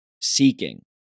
Seeking